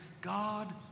God